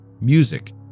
music